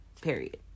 Period